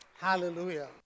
Hallelujah